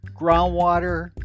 groundwater